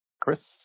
Chris